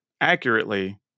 accurately